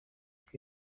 week